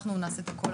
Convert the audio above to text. אנחנו נעשה את הכל.